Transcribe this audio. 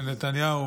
של נתניהו,